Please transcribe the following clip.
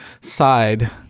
side